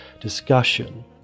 discussion